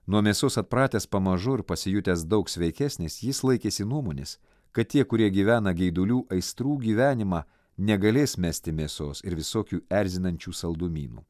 nuo mėsos atpratęs pamažu ir pasijutęs daug sveikesnis jis laikėsi nuomonės kad tie kurie gyvena geidulių aistrų gyvenimą negalės mesti mėsos ir visokių erzinančių saldumynų